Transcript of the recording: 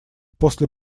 после